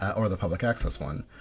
or the public access one.